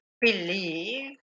believe